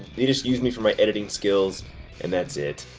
they just use me for my editing skills and that's it.